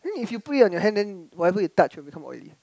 then if you put it on your hand then whatever you touch will become oily